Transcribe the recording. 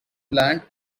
land